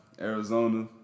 Arizona